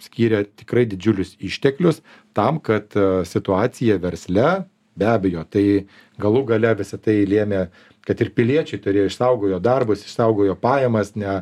skyrė tikrai didžiulius išteklius tam kad situacija versle be abejo tai galų gale visa tai lėmė kad ir piliečiai turėjo išsaugojo darbus išsaugojo pajamas ne